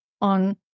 on